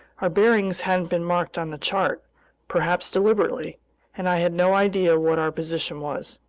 our bearings hadn't been marked on the chart perhaps deliberately and i had no idea what our position was.